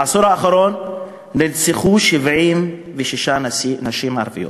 בעשור האחרון נרצחו 76 נשים ערביות.